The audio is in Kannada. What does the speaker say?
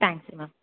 ತ್ಯಾಂಕ್ಸ್ ರೀ ಮ್ಯಾಮ್